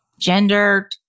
gender